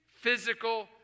physical